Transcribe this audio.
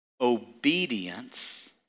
obedience